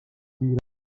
تیر